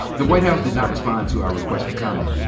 the white house did not respond to our request for comment.